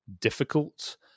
difficult